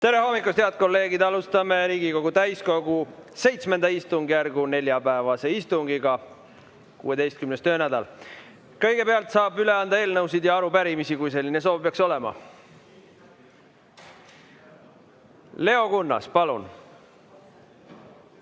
Tere hommikust, head kolleegid! Alustame Riigikogu täiskogu VII istungjärgu neljapäevast istungit, on 16. töönädal. Kõigepealt saab üle anda eelnõusid ja arupärimisi, kui kellelgi selline soov peaks olema. Leo Kunnas, palun!